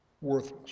worthless